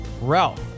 Ralph